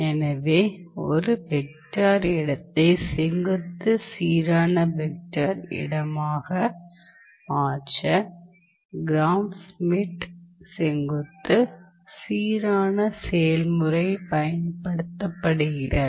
எனவே ஒரு வெக்டர் இடத்தை செங்குத்து சீரான வெக்டர் இடமாக மாற்ற கிராம் ஷ்மிட் செங்குத்து சீரான செயல்முறை பயன்படுத்தப்படுகிறது